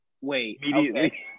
Wait